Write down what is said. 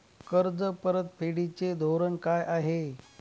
कर्ज परतफेडीचे धोरण काय आहे?